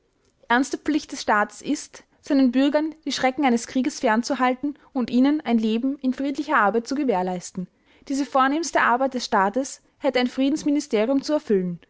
ernste pflicht des staates ist seinen bürgern die schrecken eines krieges fernzuhalten und ihnen ein leben in friedlicher arbeit zu gewährleisten diese vornehmste arbeit des staates hätte ein friedensministerium zu erfüllen